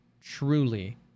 truly